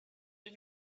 you